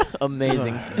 amazing